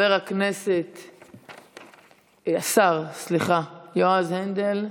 השר יועז הנדל,